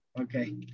Okay